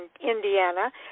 Indiana